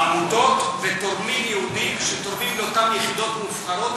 עמותות ותורמים יהודים שתורמים לאותן יחידות מובחרות,